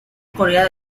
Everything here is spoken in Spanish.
corea